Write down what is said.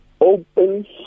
open